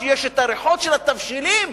כשיש הריחות של התבשילים,